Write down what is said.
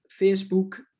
Facebook